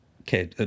okay